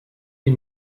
ihr